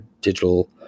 digital